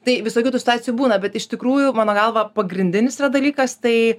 tai visokių tų situacijų būna bet iš tikrųjų mano galva pagrindinis yra dalykas tai